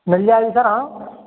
मिल जाएगी सर हाँ